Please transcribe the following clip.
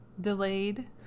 delayed